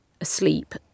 asleep